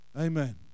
Amen